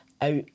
out